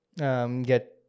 Get